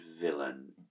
villain